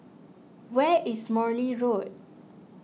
where is Morley Road